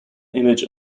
image